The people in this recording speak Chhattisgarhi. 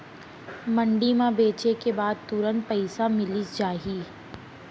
मंडी म बेचे के बाद तुरंत पइसा मिलिस जाही?